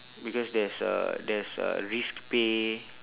because there's a there's a risk pay